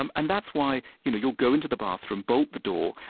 um and that's why you know you'll go into the bathroom, bolt the door,